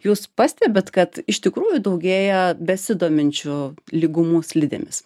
jūs pastebit kad iš tikrųjų daugėja besidominčių lygumų slidėmis